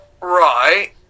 right